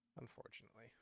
Unfortunately